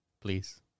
please